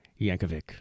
Yankovic